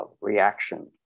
reaction